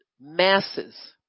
masses